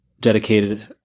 dedicated